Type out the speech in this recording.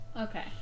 Okay